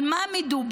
על מה מדובר?